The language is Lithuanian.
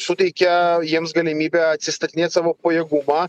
suteikia jiems galimybę atsistatinėt savo pajėgumą